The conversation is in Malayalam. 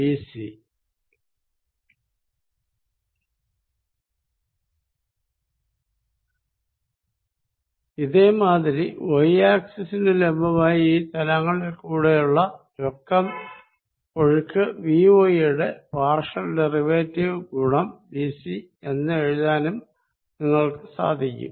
x ആക്സിസിനു പെർപെൻഡികുലറായി തലത്തിൽകൂടിയുള്ള നെറ്റ് ഫ്ലോ ഇതേ മാതിരി y ആക്സിസ്നു പെർപെൻഡികുലറായി ഈ തലങ്ങളിൽ കൂടിയുള്ള നെറ്റ് ഫ്ലോ Vy യുടെ പാർഷ്യൽ ഡെറിവേറ്റീവ് ഗുണം bc എന്ന് എഴുതാനും നിങ്ങൾക്ക് സാധിക്കും